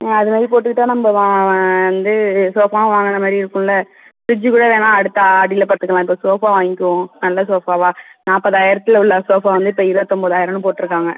அது மாதிரி போட்டுக்கிட்டால் நம்ப வந்து ஷோஃபாகவும் வாங்கின மாரி இருக்கும்ல ஃப்ரிட்ஜ்ஜு கூட வேணாம் அடுத்த ஆடியில பார்த்துக்கலாம் இப்போ ஷோஃபா வாங்கிக்குவோம் நல்ல ஷோஃபாவாக நாற்பதாயிரத்துல உள்ள ஷோஃபா வந்து இப்போ இருபத்தொம்போதாயிரன்னு போட்டுருக்காங்க